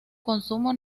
consumo